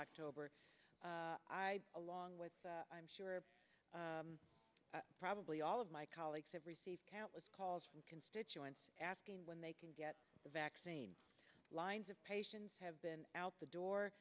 october along with i'm sure probably all of my colleagues have received countless calls from constituents asking when they can get the vaccine lines of patients have been out the door